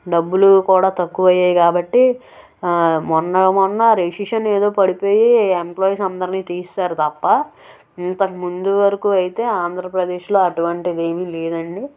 డబ్బులు కూడా తక్కువ అయ్యాయి కాబట్టి మొన్న మొన్న రెసిషన్ ఏదో పడిపోయి ఎంప్లాయిస్ అందరినీ తీసేసారు తప్ప ఇంతకు ముందు వరకు అయితే ఆంధ్రప్రదేశ్లో అటువంటిది ఏమీ లేదు అండి